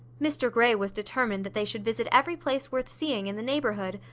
mr grey was determined that they should visit every place worth seeing in the neighbourhood,